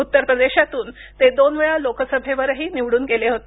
उत्तर प्रदेशातून ते दोन वेळा लोकसभेवरही निवडून गेले होते